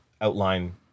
outline